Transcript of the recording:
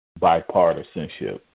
bipartisanship